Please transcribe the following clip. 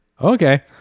okay